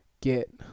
get